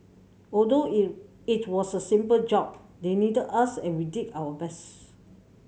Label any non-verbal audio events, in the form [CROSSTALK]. although [UNINTELLIGIBLE] it was a simple job they needed us and we did our best